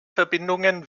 verbindungen